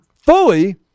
fully